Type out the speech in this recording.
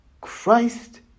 Christ